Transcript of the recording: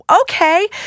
okay